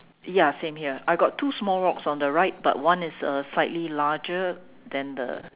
ya same here I got two small rocks on the right but one is uh slightly larger than the